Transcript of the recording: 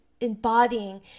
embodying